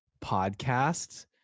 podcasts